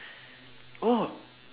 oh